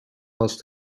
pas